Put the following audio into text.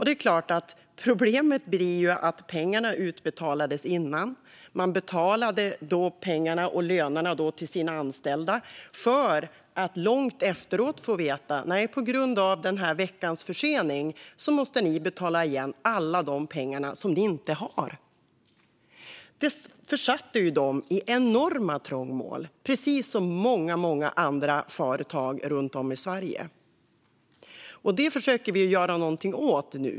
Det är klart att det blir ett problem att pengarna utbetalades innan och att de då betalade lönerna till sina anställda men att de långt efteråt får veta att de på grund av den veckans försening måste betala igen alla de pengar som de inte har. Det försatte dem i enorma trångmål, precis som för många andra företag runt om i Sverige. Det försöker vi nu göra någonting åt.